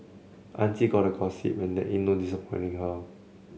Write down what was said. auntie gotta gossip when there in no her